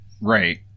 Right